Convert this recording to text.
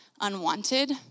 unwanted